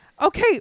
Okay